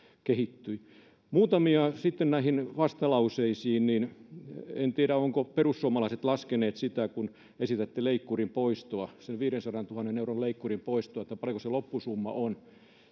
kehittyi muutamia asioista sitten liittyen näihin vastalauseisiin en tiedä oletteko te perussuomalaiset laskeneet sitä kun esitätte leikkurin poistoa sen viidensadantuhannen euron leikkurin poistoa paljonko se loppusumma on